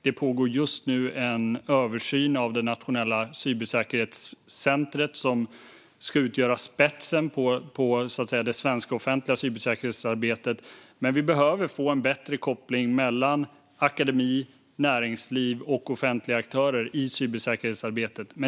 Det pågår just nu en översyn av det nationella cybersäkerhetscentret, som ska utgöra spetsen på det svenska offentliga cybersäkerhetsarbetet. Men vi behöver få en bättre koppling mellan akademi, näringsliv och offentliga aktörer i cybersäkerhetsarbetet.